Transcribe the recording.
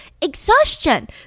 Exhaustion